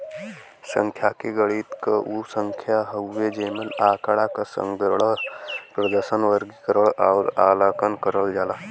सांख्यिकी गणित क उ शाखा हउवे जेमन आँकड़ा क संग्रहण, प्रदर्शन, वर्गीकरण आउर आकलन करल जाला